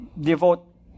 devote